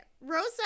rosa